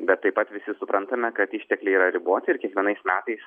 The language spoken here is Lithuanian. bet taip pat visi suprantame kad ištekliai yra riboti ir kiekvienais metais